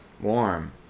warm